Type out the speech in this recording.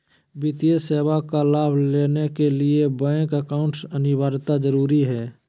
वित्तीय सेवा का लाभ लेने के लिए बैंक अकाउंट अनिवार्यता जरूरी है?